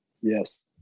Yes